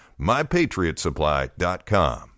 MyPatriotSupply.com